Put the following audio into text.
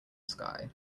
sky